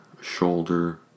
shoulder